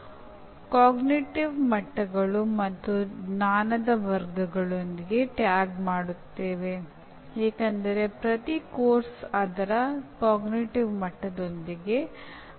ಹಲವು ಮಧ್ಯಸ್ಥಿಕೆಗಳು ಇದ್ದರೂ ಇದರ ಆಯ್ಕೆಯು ಶಿಕ್ಷಕರ ಆದ್ಯತೆ ವಿಷಯದ ಸ್ವರೂಪ ಮತ್ತು ಸಂದರ್ಭದ ಮೇಲೆ ಅವಲಂಬಿಸಿರುತ್ತದೆ